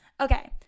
okay